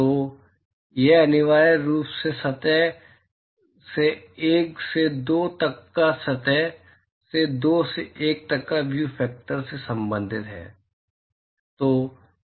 तो यह अनिवार्य रूप से सतह से एक से दो तक और सतह से दो से एक तक व्यू फैक्टर से संबंधित है